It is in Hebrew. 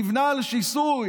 נבנה על שיסוי,